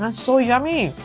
um so yummy.